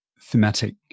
thematic